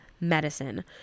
Medicine